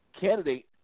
candidate